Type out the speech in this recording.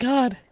God